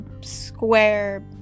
square